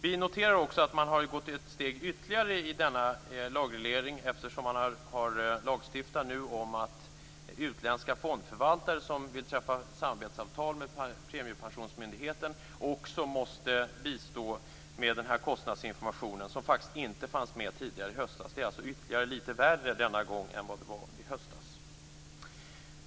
Vi noterar också att man har gått ett steg ytterligare i denna lagreglering eftersom man nu lagstiftar om att utländska fondförvaltare som vill träffa samarbetsavtal med Premiepensionsmyndigheten också måste bistå med den här kostnadsinformationen, som faktiskt inte fanns med tidigare i höstas. Det är alltså ytterligare lite värre denna gång än vad det var i höstas.